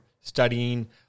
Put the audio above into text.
studying